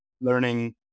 learning